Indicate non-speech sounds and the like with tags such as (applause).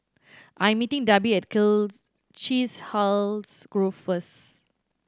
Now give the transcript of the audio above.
I'm meeting Darby at (unintelligible) Chiselhurst Grove first